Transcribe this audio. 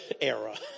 era